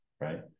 right